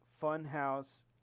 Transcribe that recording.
Funhouse